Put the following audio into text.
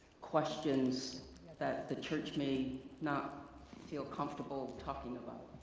questions that the church may not feel comfortable talking about.